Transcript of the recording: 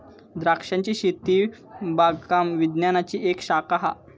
द्रांक्षांची शेती बागकाम विज्ञानाची एक शाखा हा